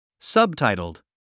Subtitled